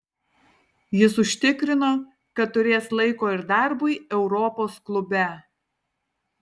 jis užtikrino kad turės laiko ir darbui europos klube